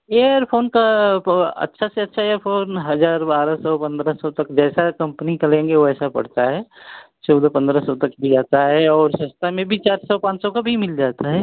earphone का ब अच्छा से अच्छा एयरफोन हज़ार बारह सौ पंद्रह सौ तक जैसा कंपनी का लेंगे वैसा पड़ता है चौदह पंद्रह सौ तक भी आता है और सस्ता में भी चार सौ पाँच सौ का भी मिल जाता है